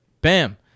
Bam